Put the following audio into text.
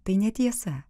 tai netiesa